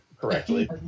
correctly